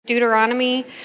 Deuteronomy